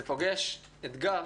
זה פוגש אתגר